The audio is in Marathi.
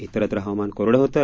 इतरत्र हवामान कोरडं होतं